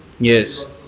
Yes